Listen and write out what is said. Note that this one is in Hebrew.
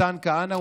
מתן כהנא,